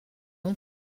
mon